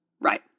Right